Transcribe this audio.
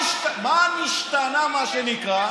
מה נשתנה, מה שנקרא?